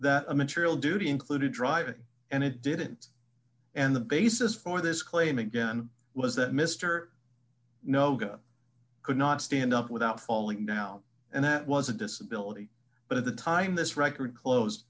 that a material duty included dr and it didn't and the basis for this claim again was that mr noga could not stand up without falling down and that was a disability but at the time this record clo